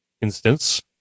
instance